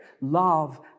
love